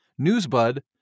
Newsbud